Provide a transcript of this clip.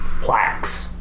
plaques